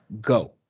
go